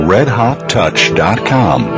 RedHotTouch.com